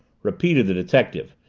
repeated the detective,